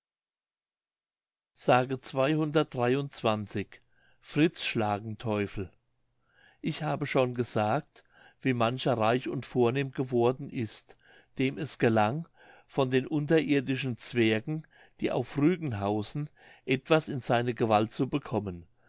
fritz schlagenteufel ich habe schon gesagt wie mancher reich und vornehm geworden ist dem es gelang von den unterirdischen zwergen die auf rügen hausen etwas in seine gewalt zu bekommen